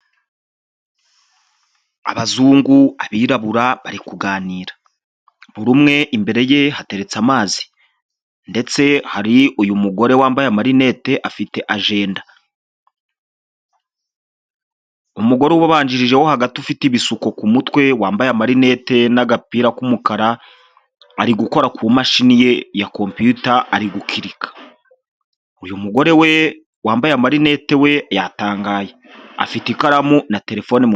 Abazungu, abirabura bari kuganira. Buri umwe imbere ye hateretse amazi. Ndetse hari uyu mugore wambaye amarinete afite ajenda. Umugore ubabanjirije wo hagati ufite ibisuko ku mutwe wambaye amarinete n'agapira k'umukara, arigukora ku mashini ye ya kompiyuta ari gukirika. Uyu mugore we wambaye amarinete we yatangaye! Afite ikaramu na telefone mu...